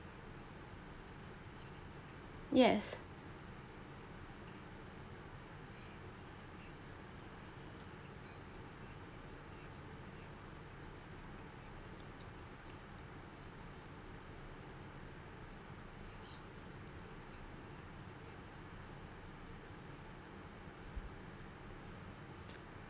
yes